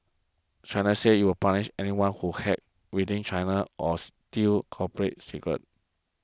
China says you will punish anyone who hacks within China or steals corporate secrets